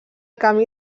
camí